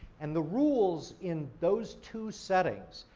and the rules in those two settings,